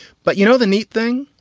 but, you know, the neat thing,